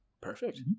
Perfect